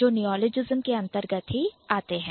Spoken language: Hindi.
जो Neologism नियॉलजिस्म के अंतर्गत ही आते हैं